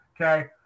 Okay